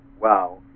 wow